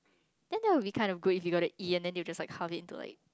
then that will be kind of good if you got a E and they will just like halve it into like